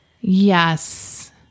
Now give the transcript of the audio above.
Yes